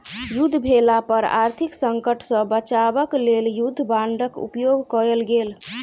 युद्ध भेला पर आर्थिक संकट सॅ बचाब क लेल युद्ध बांडक उपयोग कयल गेल